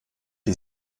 die